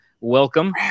welcome